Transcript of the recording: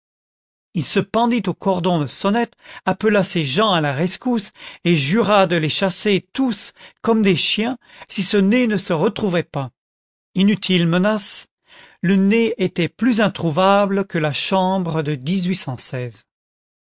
il se pendit aux cordons de sonnette appela ses gens à la rescousse et jura de les chasser tous comme des chiens si ce nez ne se retrouvait pas inutile menace le nez était plus introuvable que la chambre de